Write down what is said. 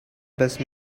best